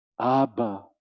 Abba